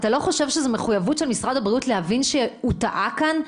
אתה לא חושב שזו מחויבות של משרד הבריאות להבין שהוא טעה כאן,